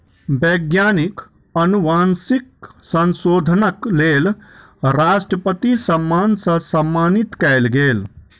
वैज्ञानिक अनुवांशिक संशोधनक लेल राष्ट्रपति सम्मान सॅ सम्मानित कयल गेल